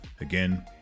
again